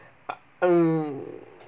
mm